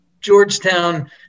Georgetown